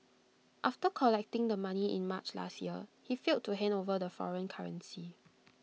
after collecting the money in March last year he failed to hand over the foreign currency